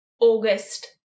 August